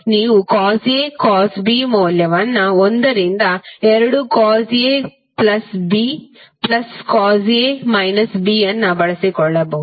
ನೀವು cos A cos B ಮೌಲ್ಯವನ್ನು 1 ರಿಂದ 2 cos A plus B plus cos A minus B ಅನ್ನು ಬಳಸಿಕೊಳ್ಳಬಹುದು